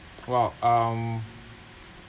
well um